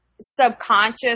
subconscious